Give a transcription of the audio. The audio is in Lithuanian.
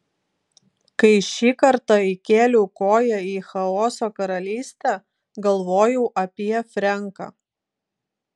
kai šį kartą įkėliau koją į chaoso karalystę galvojau apie frenką